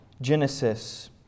Genesis